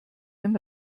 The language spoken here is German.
dem